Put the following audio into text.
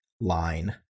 line